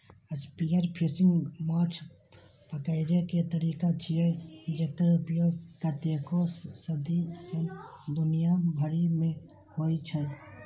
spearfishing माछ पकड़ै के तरीका छियै, जेकर उपयोग कतेको सदी सं दुनिया भरि मे होइ छै